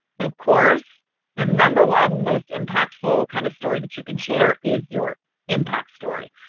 of course the number one most impactful kind of story that you can share is your impact story.